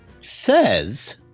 says